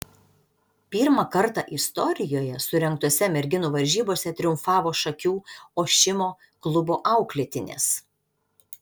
pirmą kartą istorijoje surengtose merginų varžybose triumfavo šakių ošimo klubo auklėtinės